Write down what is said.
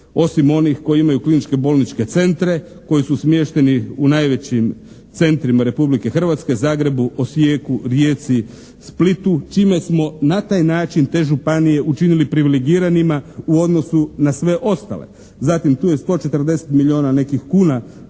osim onih koji imaju kliničke bolničke centre koji su smješteni u najvećim centrima Republike Hrvatske, Zagrebu, Osijeku, Rijeci, Splitu, čime smo na taj način te županije učinili privilegiranima u odnosu na sve ostale. Zatim tu je 140 milijuna nekih kuna